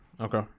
Okay